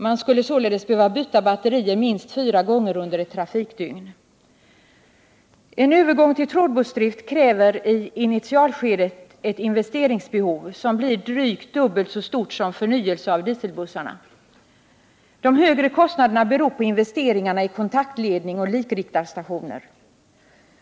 Man skulle således behöva byta batterier minst fyra gånger under ett trafikdygn. En övergång till trådbussdrift kräver i initialskedet investeringar som blir drygt dubbelt så stora som vid en förnyelse av dieselbussarna. De högre kostnaderna beror på investeringar i kontaktledning och likriktarstationer.